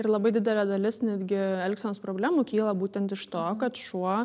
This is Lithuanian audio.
ir labai didelė dalis netgi elgsenos problemų kyla būtent iš to kad šuo